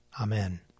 Amen